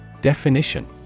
Definition